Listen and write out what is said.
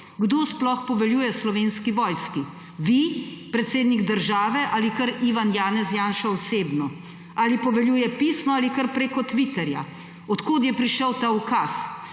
Kdo sploh poveljuje Slovenski vojski − vi, predsednik države ali kar Ivan Janez Janša osebno? Ali poveljuje pisno ali kar preko Twitterja? Od kod je prišel ta ukaz?